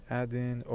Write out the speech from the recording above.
add-in